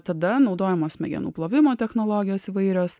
tada naudojamos smegenų plovimo technologijos įvairios